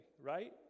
right